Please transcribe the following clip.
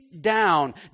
down